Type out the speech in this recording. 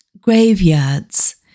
graveyards